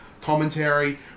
commentary